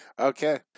Okay